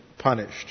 Punished